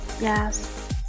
yes